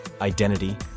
identity